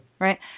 right